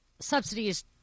subsidies